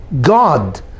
God